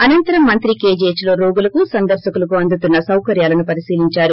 అనంతరం మంత్రి కేజీహాచ్లో ోరోగులకు సందర్పకులకు అందుతున్న సౌకర్యాలను పరిశీలించారు